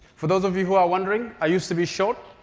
for those of you who are wondering, i used to be short